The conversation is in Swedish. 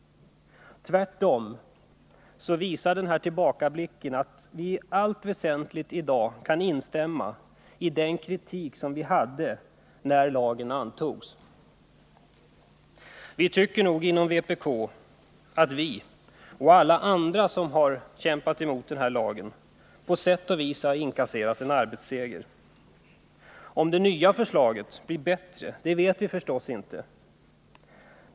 Tvärtom visar denna min tillbakablick att vi i allt väsentligt ser lika kritiskt på denna lag som vi gjorde när den antogs. Vpk anser att vi själva och alla andra, som har kämpat mot den här lagen, på sätt och vis har inkasserat en arbetsseger. Om det nya förslaget blir bättre, vet vi förstås inte.